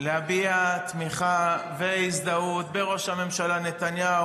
חבר הכנסת יוסף עטאונה,